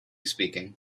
speaking